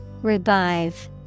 Revive